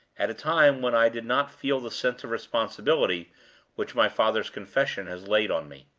at a time when i did not feel the sense of responsibility which my father's confession has laid on me.